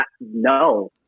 no